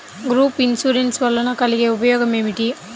Group insurance వలన కలిగే ఉపయోగమేమిటీ?